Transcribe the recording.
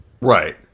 right